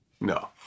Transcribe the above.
no